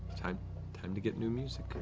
time time to get new music. and